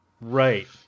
right